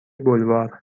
بلوار